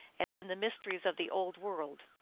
as in the mysteries of the old world.